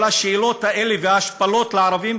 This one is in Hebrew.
כל השאלות האלה, וההשפלות של ערבים